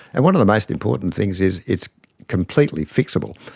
and one of the most important things is it's completely fixable.